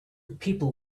people